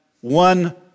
one